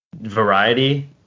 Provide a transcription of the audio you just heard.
variety